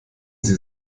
sie